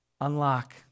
unlock